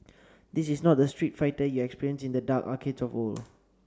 this is not the Street Fighter you experienced in the dark arcades of old